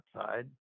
outside